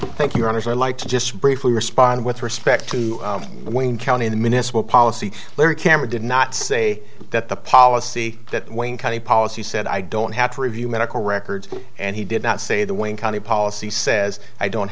thank you ron as i like to just briefly respond with respect to wayne county in the minnesota policy larry cameron did not say that the policy that wayne county policy said i don't have to review medical records and he did not say the wayne county policy says i don't